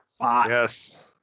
Yes